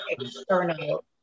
external